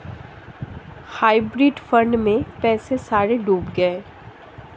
hybrid fund में पैसे सारे डूब गए